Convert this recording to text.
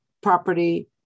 property